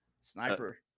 sniper